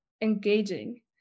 engaging